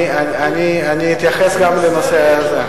אני אתייחס גם לנושא הזה,